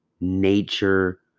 nature